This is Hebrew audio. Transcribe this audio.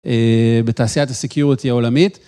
בתעשיית הסיקיורטי העולמית.